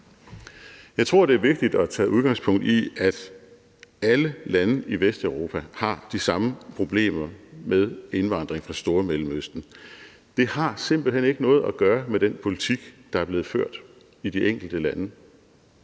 Jeg tror, det er vigtigt at tage udgangspunkt i, at alle lande i Vesteuropa har de samme problemer med indvandring fra Stormellemøsten. Det har simpelt hen ikke noget at gøre med den politik, der er blevet ført i de enkelte lande.